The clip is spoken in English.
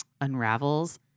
unravels